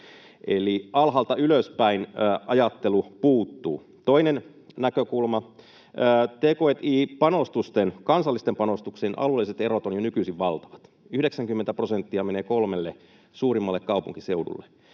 Eli alhaalta ylöspäin ajattelu puuttuu. Toinen näkökulma: Kansallisten t&k&i-panostuksien alueelliset erot ovat jo nykyisin valtavat. 90 prosenttia menee kolmelle suurimmalle kaupunkiseudulle.